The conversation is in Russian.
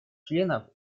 членов